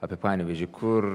apie panevėžį kur